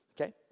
okay